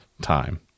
time